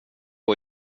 att